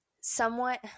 somewhat